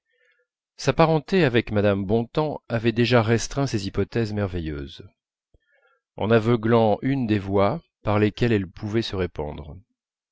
sa parenté avec mme bontemps avait déjà restreint ces hypothèses merveilleuses en aveuglant une des voies par lesquelles elles pouvaient se répandre